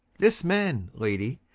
this man, lady,